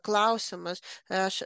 klausimas aš